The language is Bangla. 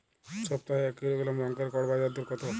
সপ্তাহে এক কিলোগ্রাম লঙ্কার গড় বাজার দর কতো?